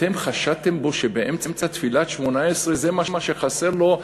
אתם חשדתם בו שבאמצע תפילת שמונה-עשרה זה מה שחסר לו,